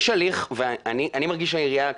אני מרגיש שאנחנו